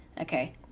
Okay